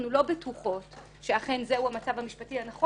אנחנו לא בטוחות שזה אכן המצב המשפטי הנכון,